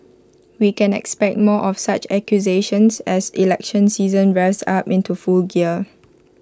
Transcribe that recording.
we can expect more of such accusations as election season revs up into full gear